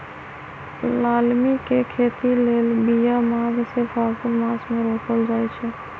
लालमि के खेती लेल बिया माघ से फ़ागुन मास मे रोपल जाइ छै